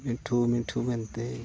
ᱢᱤᱴᱷᱩ ᱢᱤᱴᱷᱩ ᱢᱮᱱᱛᱮ